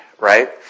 right